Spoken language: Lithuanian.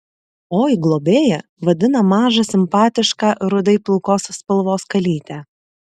oi globėja vadina mažą simpatišką rudai pilkos spalvos kalytę